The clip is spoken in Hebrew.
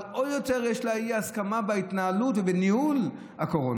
אבל עוד יותר יש לה אי-הסכמה להתנהלות וניהול הקורונה.